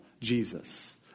Jesus